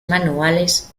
manuales